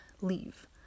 leave